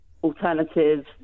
alternative